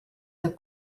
have